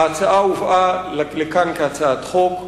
ההצעה הובאה לכאן כהצעת חוק,